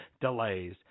Delays